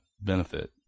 benefit